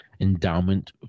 Endowment